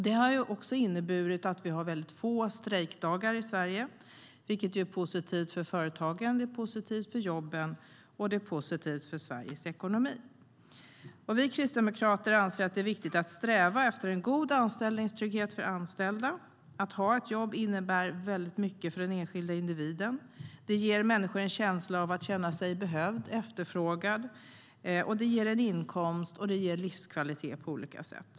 Det har inneburit att vi har få strejkdagar i Sverige, vilket är positivt för företagen, jobben och Sveriges ekonomi. Vi kristdemokrater anser att det är viktigt att sträva efter en god anställningstrygghet för anställda. Att ha ett jobb innebär mycket för den enskilda individen. Det ger människor en känsla av att vara behövda och efterfrågade, och det ger en inkomst och livskvalitet på olika sätt.